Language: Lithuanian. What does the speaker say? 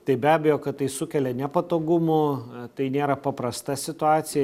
tai be abejo kad tai sukelia nepatogumų tai nėra paprasta situacija